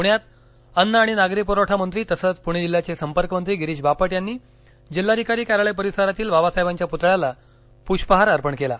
प्ण्यात अन्न आणि नागरी पुरवठा मंत्री तसंच प्रणे जिल्ह्याचे संपर्कमंत्री गिरीश बापट यांनी जिल्हाधिकारी कार्यालय परिसरातील बाबासाहेबांच्या प्रतळ्याला प्रष्पहार अर्पण केला